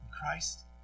Christ